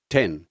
Ten